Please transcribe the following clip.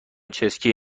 چسکی